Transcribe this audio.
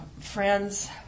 friend's